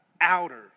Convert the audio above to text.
outer